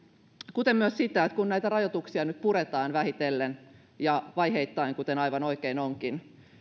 kuten myös sitä että kun näitä rajoituksia nyt puretaan vähitellen ja vaiheittain kuten aivan oikein onkin